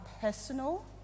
personal